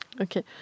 Okay